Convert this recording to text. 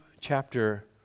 chapter